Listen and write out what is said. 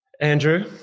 Andrew